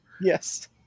Yes